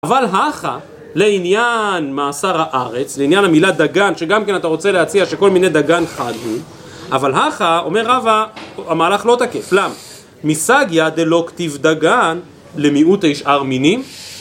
אבל הכא, לעניין מעשר הארץ, לעניין המילה דגן, שגם כן אתה רוצה להציע שכל מיני דגן חד הוא, אבל הכא אומר רבה, המהלך לא תקף. למה? מסגיא דלא כתיב דגן, למיעוטי שאר מינים?